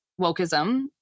wokeism